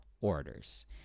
orders